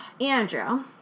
Andrew